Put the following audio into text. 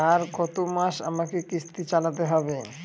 আর কতমাস আমাকে কিস্তি চালাতে হবে?